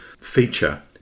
feature